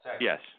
Yes